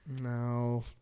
No